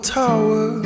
tower